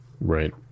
right